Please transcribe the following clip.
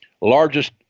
largest